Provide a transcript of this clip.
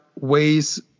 ways